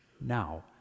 now